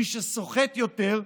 מי שסוחט יותר,